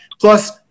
plus